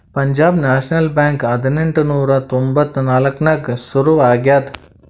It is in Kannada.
ಪಂಜಾಬ್ ನ್ಯಾಷನಲ್ ಬ್ಯಾಂಕ್ ಹದಿನೆಂಟ್ ನೂರಾ ತೊಂಬತ್ತ್ ನಾಕ್ನಾಗ್ ಸುರು ಆಗ್ಯಾದ